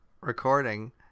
recording